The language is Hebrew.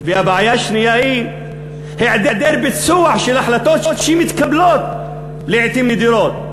והבעיה השנייה היא היעדר ביצוע של החלטות שמתקבלות לעתים נדירות.